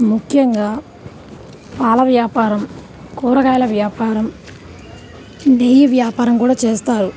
ముఖ్యంగా పాల వ్యాపారం కూరగాయల వ్యాపారం నెయ్యి వ్యాపారం కూడా చేస్తారు